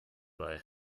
bei